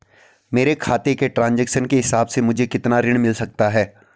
मेरे खाते के ट्रान्ज़ैक्शन के हिसाब से मुझे कितना ऋण मिल सकता है?